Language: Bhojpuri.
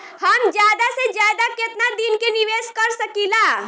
हम ज्यदा से ज्यदा केतना दिन के निवेश कर सकिला?